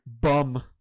Bum